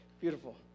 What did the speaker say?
Beautiful